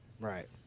Right